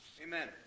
Amen